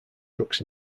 trucks